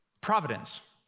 providence